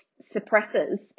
suppresses